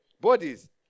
Bodies